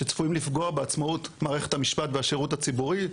שצפויים לפגוע בעצמאות מערכת המשפט והשירות הציבורי,